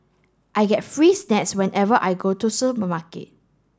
I get free snacks whenever I go to supermarket